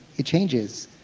it changes.